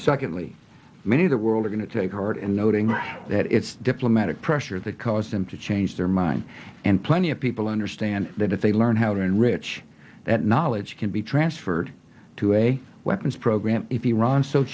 secondly many of the world are going to take heart in noting that it's diplomatic pressure that caused them to change their mind and plenty of people understand that if they learn how to enrich that knowledge can be transferred to a weapons program i